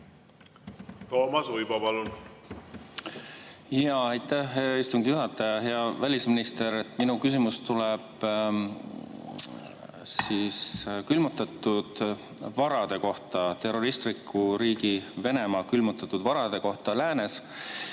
Toomas Uibo, palun! Aitäh, hea istungi juhataja! Hea välisminister! Minu küsimus tuleb külmutatud varade kohta, terroristliku riigi Venemaa külmutatud varade kohta läänes.